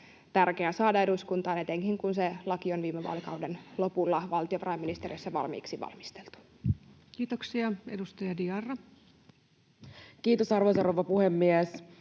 tärkeää saada eduskuntaan, etenkin kun se laki on viime vaalikauden lopulla valtiovarainministeriössä valmiiksi valmisteltu. [Speech 262] Speaker: Ensimmäinen varapuhemies